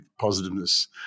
positiveness